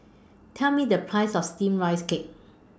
Tell Me The Price of Steamed Rice Cake